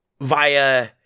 via